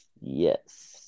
Yes